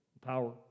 power